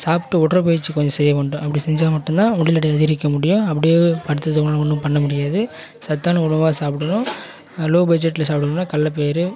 சாப்பிட்டு உடற்பயிற்சி கொஞ்சம் செய்ய வேண்டும் அப்படி செஞ்சால் மட்டுந்தான் உடல் எடையை அதிகரிக்க முடியும் அப்படியே அடுத்தது ஒன்றும் ஒன்றும் பண்ண முடியாது சத்தான உணவாக சாப்பிடணும் லோ பட்ஜெட்டில் சாப்பிடணும்னா கடல பயிர்